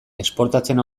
esportatzen